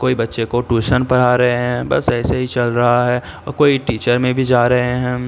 کوئی بچے کو ٹوشن پڑھا رہے ہیں بس ایسے ہی چل رہا ہے اور کوئی ٹیچر میں بھی جا رہے ہیں